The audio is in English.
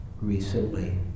recently